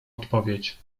odpowiedź